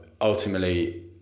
Ultimately